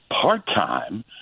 part-time